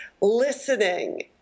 listening